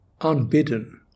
unbidden